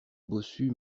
bossu